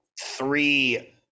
three